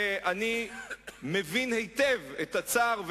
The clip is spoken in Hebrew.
ואני מבין היטב את הצער,